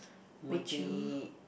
maybe